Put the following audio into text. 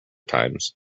times